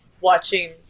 watching